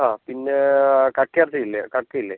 ആ പിന്നേ കക്ക എറച്ചിയില്ലേ കക്കയില്ലേ